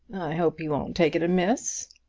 hope he won't take it amiss.